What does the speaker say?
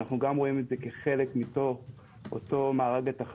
אנו גם רואים את זה כחלק מאותה תחרות,